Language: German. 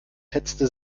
hetzte